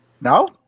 no